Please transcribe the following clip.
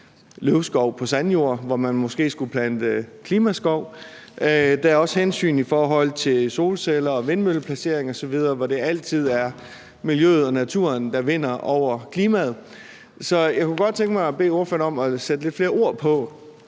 løvskov på sandjord, hvor man måske skulle plante klimaskov. Der er også hensyn i forhold til solceller og vindmølleplaceringer osv., hvor det altid er miljøet og naturen, der vinder over klimaet. Så jeg kunne godt tænke mig at bede ordføreren om at sætte lidt flere ord på,